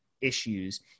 issues